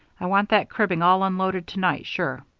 i want that cribbing all unloaded to-night, sure.